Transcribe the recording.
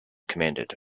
commanded